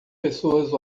pessoas